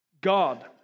God